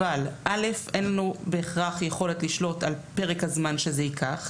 אבל אין לנו בהכרח יכולת לשלוט על פרק הזמן שזה ייקח.